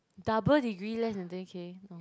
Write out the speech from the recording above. double degree less than ten K uh